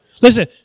Listen